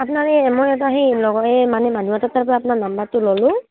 আপোনাৰ এই মই এটা সেই লগ এই মানে মানুহ এটা তাৰ পৰা আপোনাৰ নাম্বাৰটো ল'লোঁ